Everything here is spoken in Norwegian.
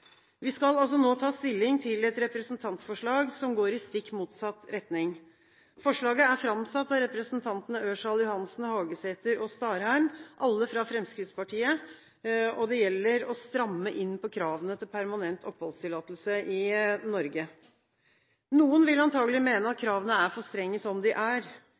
Vi skal nå ta stilling til et representantforslag som går i stikk motsatt retning. Forslaget er framsatt av representantene Ørsal Johansen, Hagesæter og Starheim, alle fra Fremskrittspartiet, og det gjelder innstramming av kravene til permanent oppholdstillatelse i Norge. Noen vil antakelig mene at kravene er for strenge som de er.